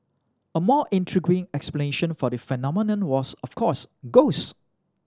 a more intriguing explanation for the phenomenon was of course ghost